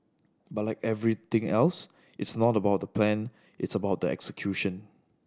but like everything else it's not about the plan it's about the execution